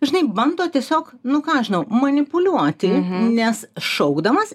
žinai bando tiesiog nu ką aš žinau manipuliuoti nes šaukdamas